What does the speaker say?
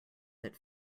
that